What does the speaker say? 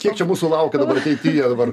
kiek čia mūsų laukia dabar ateityje dabar